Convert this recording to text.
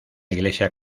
iglesia